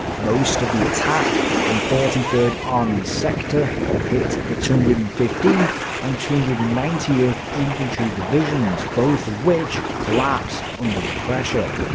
most of the attack in forty third army's sector hit the two hundred and fifteenth and two hundred and ninetieth infantry divisions, both of which collapsed under the pressure.